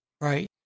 Right